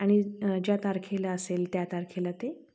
आणि ज्या तारखेला असेल त्या तारखेला ते